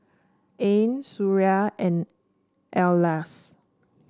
Ain Suria and Elyas